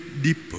deeper